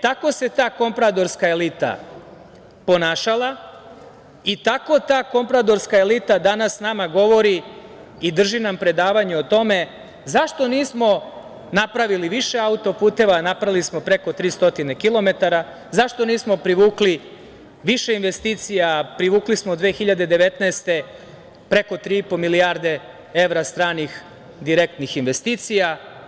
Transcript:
Tako se ta kompradorska elita ponašala i tako ta kompradorska elita danas nama govori i drži nam predavanje o tome zašto nismo napravili više autoputeva, napravili smo preko 300 kilometara, zašto nismo privukli više investicija, privukli smo 2019. godine preko 3,5 milijardi evra stranih direktnih investicija.